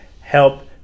help